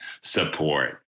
support